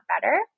better